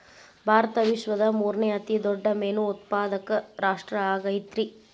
ಭಾರತ ವಿಶ್ವದ ಮೂರನೇ ಅತಿ ದೊಡ್ಡ ಮೇನು ಉತ್ಪಾದಕ ರಾಷ್ಟ್ರ ಆಗೈತ್ರಿ